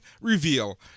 reveal